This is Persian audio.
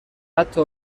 حتی